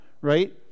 right